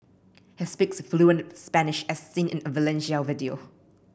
he speaks fluent Spanish as seen in a Valencia video